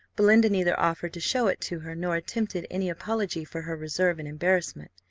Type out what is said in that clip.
belinda neither offered to show it to her, nor attempted any apology for her reserve and embarrassment,